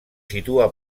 situa